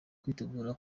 kwitegura